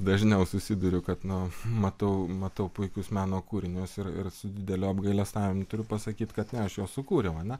dažniau susiduriu kad nu matau matau puikius meno kūrinius ir su dideliu apgailestavimu turiu pasakyt kad ne aš juos sukūriau ar ne